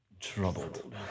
troubled